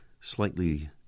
slightly